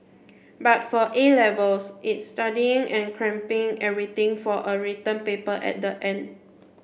but for A Levels it's studying and cramming everything for a written paper at the end